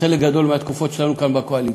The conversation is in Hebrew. חלק גדול מהתקופות שלנו כאן בקואליציה,